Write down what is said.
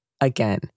Again